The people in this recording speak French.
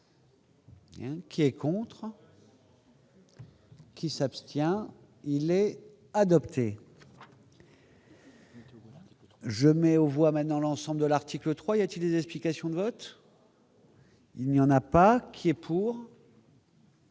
Qui est contre. Qui s'abstient, il est adopté. Je mets au voient maintenant l'ensemble de l'article 3 il y a-t-il une explication de vote. Il n'y en a pas, qui est pour.